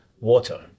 Water